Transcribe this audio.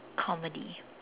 comedy